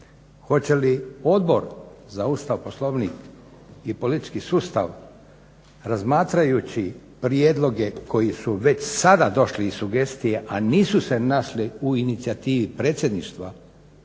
Hoće li Odbor za Ustav, Poslovnik i politički sustav razmatrajući prijedloge koji su već sada došli i sugestije, a nisu se našli u inicijativi predsjedništva